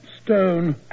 stone